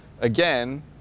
again